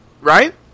Right